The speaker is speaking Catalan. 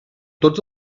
tots